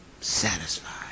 satisfied